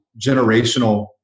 generational